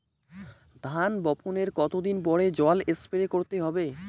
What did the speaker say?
ধান বপনের কতদিন পরে জল স্প্রে করতে হবে?